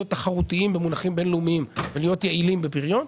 תחרותיים במונחים בין לאומיים ולהיות יעילים בפריון.